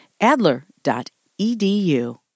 Adler.edu